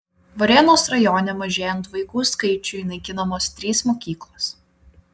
varėnos rajone mažėjant vaikų skaičiui naikinamos trys mokyklos